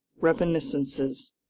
Reminiscences